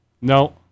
No